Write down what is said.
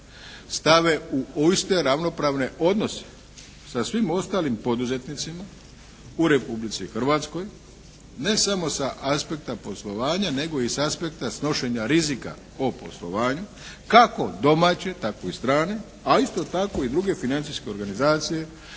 stave u iste ravnopravne odnose sa svim ostalim poduzetnicima u Republici Hrvatskoj ne samo sa aspekta poslovanja, nego i s aspekta snošenja rizika o poslovanju kako domaće tako i strane, a isto tako i druge financijske organizacije